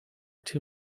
too